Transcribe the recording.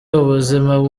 ubuzima